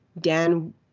Dan